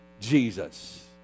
Jesus